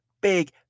big